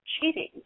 cheating